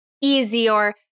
easier